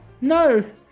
No